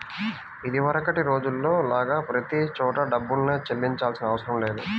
ఇదివరకటి రోజుల్లో లాగా ప్రతి చోటా డబ్బుల్నే చెల్లించాల్సిన అవసరం లేదు